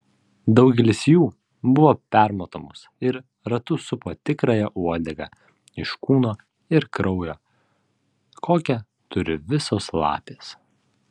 daugelis jų buvo permatomos ir ratu supo tikrąją uodegą iš kūno ir kraujo kokią turi visos lapės